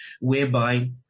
whereby